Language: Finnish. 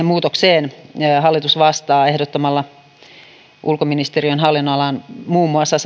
muutokseen hallitus vastaa ehdottamalla ulkoministeriön hallinnonalalle muun muassa